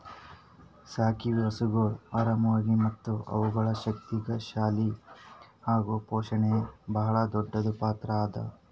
ಸಾಕಿವು ಹಸುಗೊಳ್ ಆರಾಮಾಗಿ ಮತ್ತ ಅವುಗಳು ಶಕ್ತಿ ಶಾಲಿ ಅಗುಕ್ ಪೋಷಣೆನೇ ಭಾಳ್ ದೊಡ್ಡ್ ಪಾತ್ರ ಅದಾ